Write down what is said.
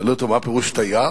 שאלו אותו: מה פירוש תייר?